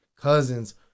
cousins